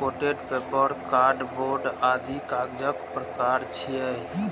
coated paper, card board आदि कागजक प्रकार छियै